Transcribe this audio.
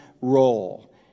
role